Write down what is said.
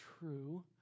true